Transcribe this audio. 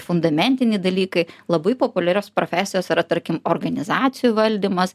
fundamentinį dalykai labai populiarios profesijos yra tarkim organizacijų valdymas